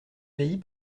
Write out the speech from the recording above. pays